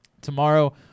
Tomorrow